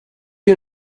you